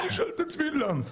אני שואל את עצמי למה.